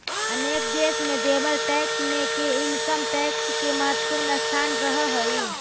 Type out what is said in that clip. अनेक देश में देवल टैक्स मे के इनकम टैक्स के महत्वपूर्ण स्थान रहऽ हई